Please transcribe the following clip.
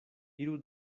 iru